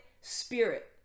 spirit